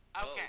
Okay